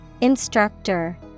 Instructor